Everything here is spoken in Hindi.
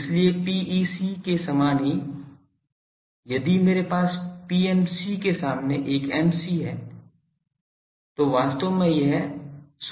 इसलिए PEC के समान ही कि यदि मेरे पास PMC के सामने एक Ms है तो वास्तव में यह शून्य होगा